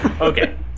Okay